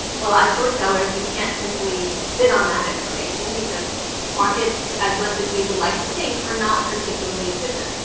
well, as short sellers, we can't simply sit on that information. because markets as much as we would like to think are not particularly efficient.